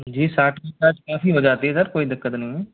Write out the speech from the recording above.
जी साठ बाई साठ काफ़ी हो जाती है सर कोई दिक्कत नहीं है